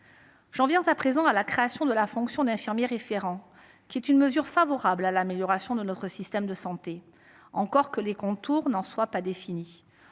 J’en viens à présent à la création de la fonction d’infirmier référent, qui est une mesure favorable à l’amélioration de notre système de santé, encore que les contours n’en soient pas définis.